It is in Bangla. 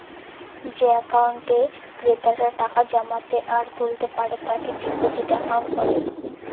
যে একাউন্টে ক্রেতারা টাকা জমাতে আর তুলতে পারে তাকে ডিপোজিট একাউন্ট বলে